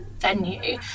venue